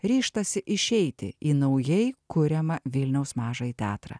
ryžtasi išeiti į naujai kuriamą vilniaus mažąjį teatrą